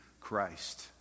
Christ